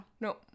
No